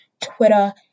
Twitter